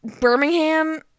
Birmingham